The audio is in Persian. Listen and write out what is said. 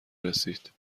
رسید